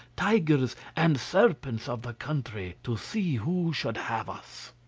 tigers, and serpents of the country, to see who should have us.